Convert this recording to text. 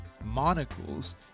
monocles